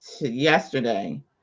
yesterday